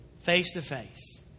face-to-face